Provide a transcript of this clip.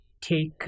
take